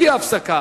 בלי הפסקה,